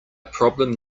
problem